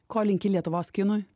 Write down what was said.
ko linki lietuvos kinui